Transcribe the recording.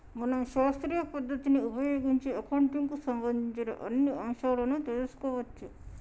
మనం శాస్త్రీయ పద్ధతిని ఉపయోగించి అకౌంటింగ్ కు సంబంధించిన అన్ని అంశాలను తెలుసుకోవచ్చు